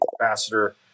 ambassador